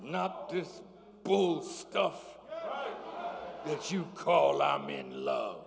not this stuff that you call i'm in love